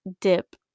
dip